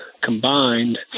combined